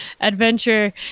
adventure